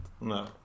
No